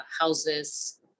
houses